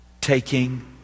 taking